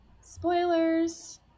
Spoilers